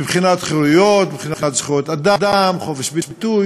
מבחינת חירויות, מבחינת זכויות אדם, חופש ביטוי.